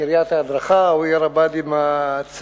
קריית ההדרכה או עיר הבה"דים הצה"לית,